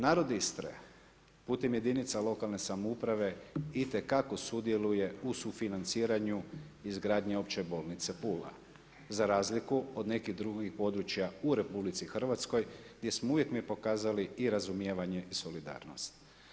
Narod Istre, putem jedinice lokalne samouprave itekako sudjeluje u sufinanciranju izgradnje opće bolnice Pula, za razliku od nekih drugih područja u RH, gdje smo uvijek mi pokazali i razumijevanje i solidarnost.